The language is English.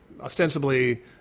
ostensibly